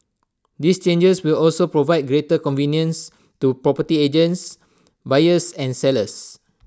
these changes will also provide greater convenience to property agents buyers and sellers